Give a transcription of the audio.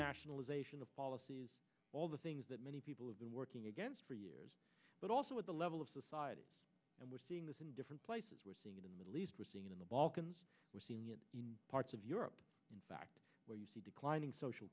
renationalization of policies all the things that many people have been working against for years but also at the level of society and we're seeing this in different places we're seeing it in the middle east we're seeing it in the balkans we're seeing it in parts of europe in fact where you see declining social